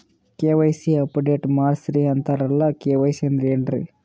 KYC update ಮಾಡಸ್ರೀ ಅಂತರಲ್ಲ KYC ಅಂದ್ರ ಏನ್ರೀ?